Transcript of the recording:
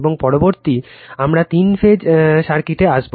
এবং পরবর্তী আমরা তিন ফেজ সার্কিটে আসব